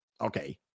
Okay